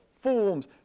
forms